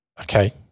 Okay